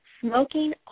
Smoking